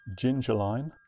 gingerline